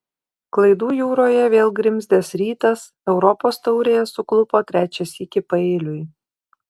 klaidų jūroje vėl grimzdęs rytas europos taurėje suklupo trečią sykį paeiliui